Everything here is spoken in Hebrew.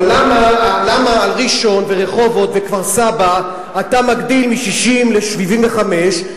אבל למה לראשון ורחובות וכפר-סבא אתה מגדיל מ-60% ל-75%,